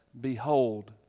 Behold